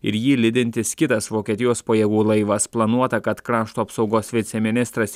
ir jį lydintis kitas vokietijos pajėgų laivas planuota kad krašto apsaugos viceministras